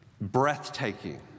breathtaking